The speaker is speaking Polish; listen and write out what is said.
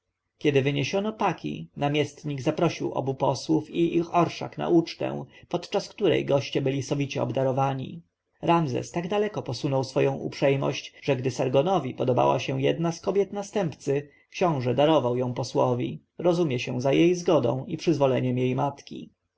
kiedy wyniesiono paki namiestnik zaprosił obu posłów i ich orszak na ucztę podczas której goście byli sowicie obdarowani ramzes tak daleko posunął swoją uprzejmość że gdy sargonowi podobała się jedna z kobiet następcy książę darował ją posłowi rozumie się za jej zgodą i przyzwoleniem jej matki